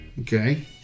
Okay